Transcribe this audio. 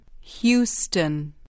Houston